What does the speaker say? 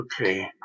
Okay